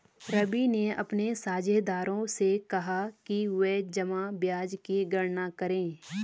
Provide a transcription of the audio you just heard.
रवि ने अपने साझेदारों से कहा कि वे जमा ब्याज की गणना करें